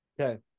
Okay